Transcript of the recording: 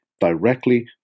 directly